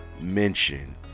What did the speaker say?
mention